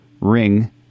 Ring